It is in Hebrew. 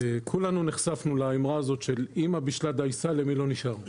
כולנו נחשפנו לאמרה הזאת של אמא בישלה דייסה למי לא נשאר.